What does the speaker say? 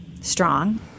strong